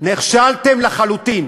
נכשלתם לחלוטין.